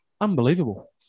Unbelievable